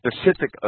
specific